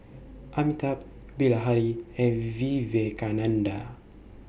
Amitabh Bilahari and Vivekananda